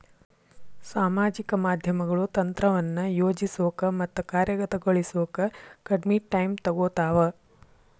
ಸಾಮಾಜಿಕ ಮಾಧ್ಯಮಗಳು ತಂತ್ರವನ್ನ ಯೋಜಿಸೋಕ ಮತ್ತ ಕಾರ್ಯಗತಗೊಳಿಸೋಕ ಕಡ್ಮಿ ಟೈಮ್ ತೊಗೊತಾವ